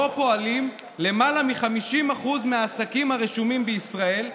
בו פועלים למעלה מ-50% מהעסקים הרשומים בישראל,